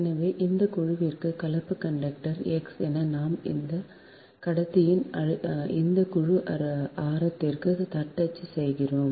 எனவே இந்தக் குழுவிற்கு கலப்பு கண்டக்டர் X என நாம் இந்தக் கடத்தியின் இந்தக் குழு ஆரத்திற்கு தட்டச்சு செய்கிறோம்